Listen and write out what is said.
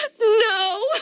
No